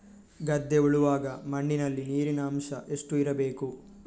ಗದ್ದೆ ಉಳುವಾಗ ಮಣ್ಣಿನಲ್ಲಿ ನೀರಿನ ಅಂಶ ಎಷ್ಟು ಇರಬೇಕು?